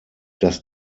dass